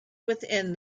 within